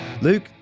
Luke